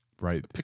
Right